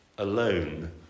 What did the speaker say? alone